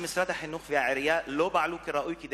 שמשרד החינוך והעירייה לא פעלו כראוי כדי